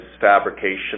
fabrication